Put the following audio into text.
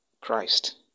Christ